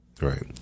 Right